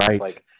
Right